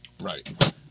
right